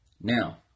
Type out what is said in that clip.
Now